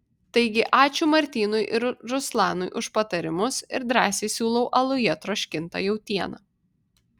taigi ačiū martynui ir ruslanui už patarimus ir drąsiai siūlau aluje troškintą jautieną